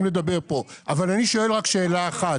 לדבר עליהן כאן אבל אני שואל שאלה אחת.